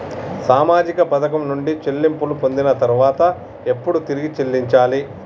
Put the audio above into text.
సామాజిక పథకం నుండి చెల్లింపులు పొందిన తర్వాత ఎప్పుడు తిరిగి చెల్లించాలి?